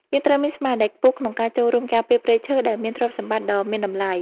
យើងត្រូវមានស្មារតីខ្ពស់ក្នុងការចូលរួមការពារព្រៃឈើដែលជាទ្រព្យសម្បត្តិដ៏មានតម្លៃ។